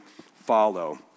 follow